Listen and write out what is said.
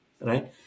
right